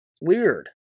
Weird